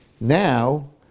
Now